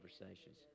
conversations